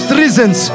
reasons